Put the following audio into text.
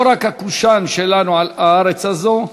לא רק ה"קושאן" שלנו על הארץ הזאת,